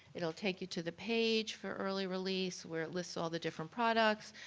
it will take you to the page for early release where it lists all the different products.